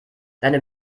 deine